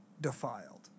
defiled